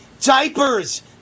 Diapers